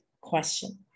question